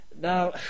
now